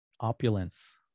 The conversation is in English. opulence